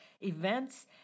events